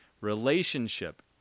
Relationship